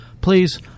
Please